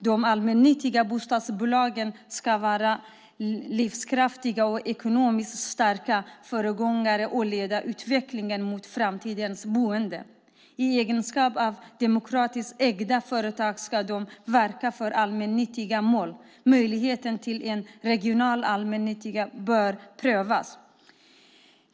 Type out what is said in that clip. De allmännyttiga bostadsbolagen ska vara livskraftiga och ekonomiskt starka föregångare och leda utvecklingen mot framtidens boende. I egenskap av demokratiskt ägda företag ska de verka för allmännyttiga mål. Möjligheterna till en regional allmännytta bör prövas.